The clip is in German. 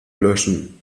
löschen